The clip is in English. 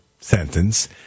sentence